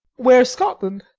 where scotland?